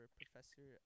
professor